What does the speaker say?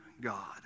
God